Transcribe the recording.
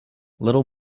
little